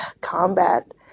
combat